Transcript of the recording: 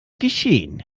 geschehen